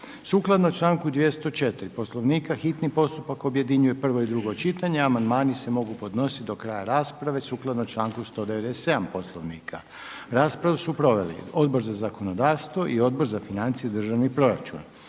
Sukladno članku 204. Poslovnika hitni postupak objedinjuje prvo i drugo čitanje a amandmani se mogu podnositi do kraja rasprave sukladno članku 197. Poslovnika. Raspravu su proveli Odbor za zakonodavstvo, Odbor za prostorno uređenje